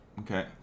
Okay